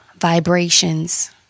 vibrations